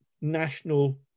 national